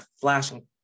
flashing